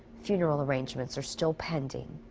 funeral arrangements are still pending.